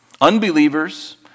Unbelievers